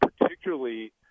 particularly